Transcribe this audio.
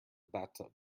bathtub